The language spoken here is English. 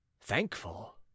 thankful